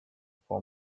for